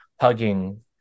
hugging